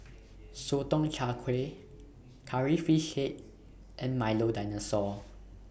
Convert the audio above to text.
Sotong Char Kway Curry Fish Head and Milo Dinosaur